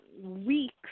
weeks